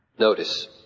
Notice